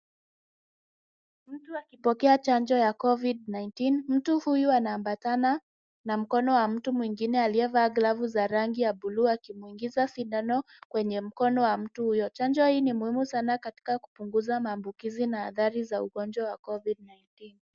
Mtu akipokea chanjo ya covid 19 . Mtu huyu anaambatana na mkono wa mtu mwingine aliyevaa glavu za rangi ya bluu akimwingiza sindano kwenye mkono wa mtu huyo. Chanjo hii ni muhimu sana katika kupunguza maambukizi na athari za ugonjwa wa covid 19 .